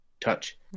touch